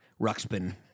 Ruxpin